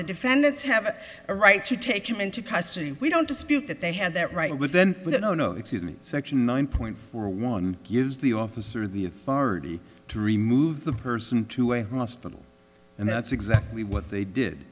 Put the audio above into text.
the defendants have a right to take him into custody we don't dispute that they had that right with then you know no excuse me section nine point four one gives the officer the authority to remove the person to a hospital and that's exactly what they did